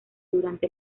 durante